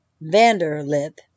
Vanderlip